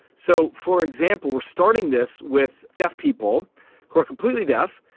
so, for example, we are starting this with deaf people who are completely deaf,